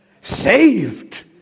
saved